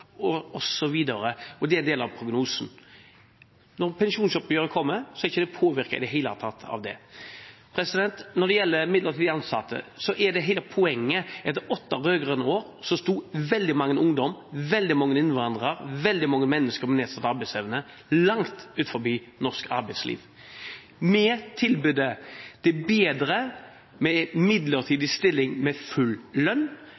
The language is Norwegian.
renter osv. Det er en del av prognosen. Når pensjonsoppgjøret kommer, er det ikke påvirket i det hele tatt av det. Når det gjelder midlertidig ansatte, er hele poenget at etter åtte rød-grønne år sto veldig mange ungdommer, veldig mange innvandrere og veldig mange mennesker med nedsatt arbeidsevne langt utenfor norsk arbeidsliv. Vi tilbyr dem: Det er bedre med midlertidig stilling med full lønn